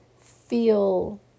feel